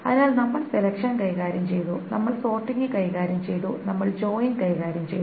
അതിനാൽ നമ്മൾ സെലെക്ഷൻ കൈകാര്യം ചെയ്തു നമ്മൾ സോർട്ടിംഗ് കൈകാര്യം ചെയ്തു നമ്മൾ ജോയിൻ കൈകാര്യം ചെയ്തു